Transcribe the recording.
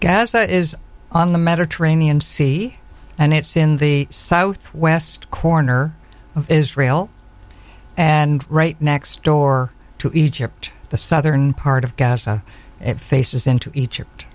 e is on the mediterranean sea and it's in the southwest corner of israel and right next door to egypt the southern part of gas and it faces into egypt